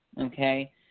Okay